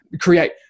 create